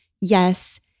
yes